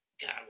god